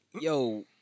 yo